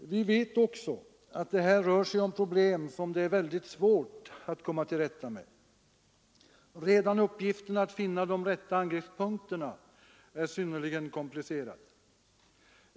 Vi vet också att det här rör sig om problem som det är väldigt svårt att komma till rätta med. Redan uppgiften att finna de rätta angreppspunkterna är synnerligen komplicerade.